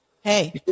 Hey